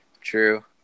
true